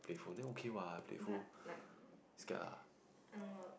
but like no